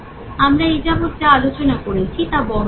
আমরা এ যাবত যা আলোচনা করেছি তা বড়দের জন্য